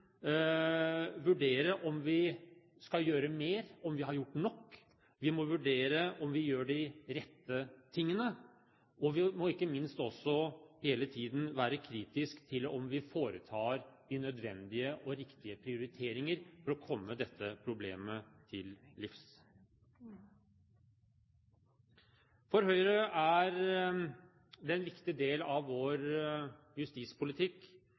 vurdere om vi skal gjøre mer, og om vi har gjort nok. Vi må vurdere om vi gjør de rette tingene, og vi må ikke minst også hele tiden være kritisk til om vi foretar de nødvendige og riktige prioriteringer for å komme dette problemet til livs. For Høyre er det en viktig del av vår justispolitikk